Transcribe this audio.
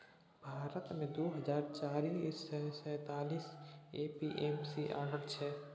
भारत मे दु हजार चारि सय सैंतालीस ए.पी.एम.सी आढ़त छै